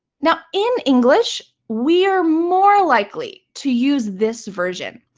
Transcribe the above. now in english, we are more likely to use this version.